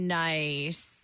nice